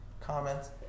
comments